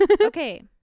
Okay